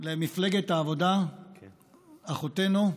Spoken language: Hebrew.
למפלגת העבודה, אחותנו,